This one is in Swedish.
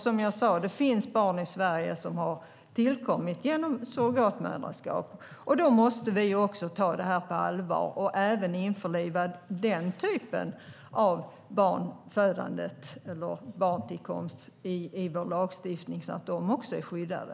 Som jag sade finns det barn i Sverige som har tillkommit genom surrogatmoderskap, och då måste vi ta det på allvar och även införliva den typen av barntillkomst i vår lagstiftning så att de också är skyddade.